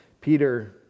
Peter